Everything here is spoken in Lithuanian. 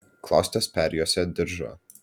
klostes perjuosė diržu